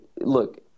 Look